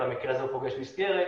במקרה הזה הוא פוגש מסגרת